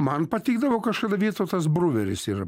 man patikdavo kažkada vytautas bruveris ir